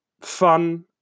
fun